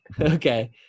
Okay